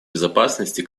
безопасности